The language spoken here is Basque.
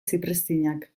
zipriztinak